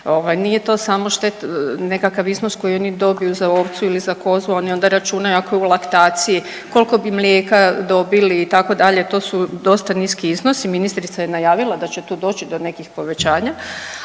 nije to samo nekakav iznos koji oni dobiju za ovcu ili za kozu oni onda računaju ako je u laktaciji koliko bi mlijeka dobili itd., to su dosta niski iznosi, ministrica je najavila da će tu doći do nekih povećanja.